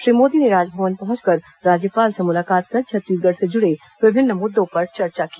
श्री जोगी ने राजभवन पहुंचकर राज्यपाल से मुलाकात कर छत्तीसगढ़ से जुड़े विभिन्न मुद्दों पर चर्चा की